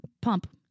pump